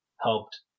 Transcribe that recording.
helped